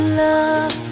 love